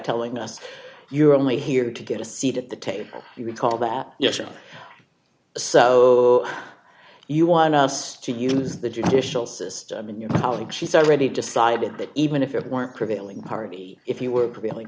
telling us you're only here to get a seat at the table you recall that you're so you want us to use the judicial system in your colleague she's already decided that even if it weren't prevailing party if you were really